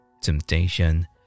temptation